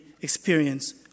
experience